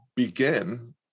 begin